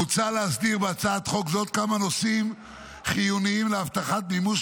מוצע להסדיר בהצעת חוק זאת כמה נושאים חיוניים להבטחת מימוש